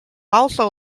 also